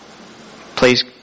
Please